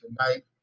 tonight